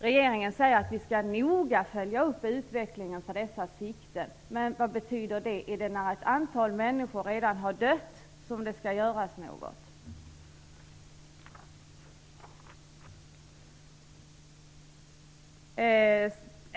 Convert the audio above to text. Regeringen säger att vi noga skall följa utvecklingen när det gäller dessa sikten. Vad betyder det? Är det när ett antal människor redan har dött som det skall göras något?